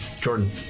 Jordan